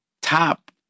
top